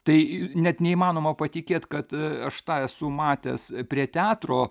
tai net neįmanoma patikėt kad aš tą esu matęs prie teatro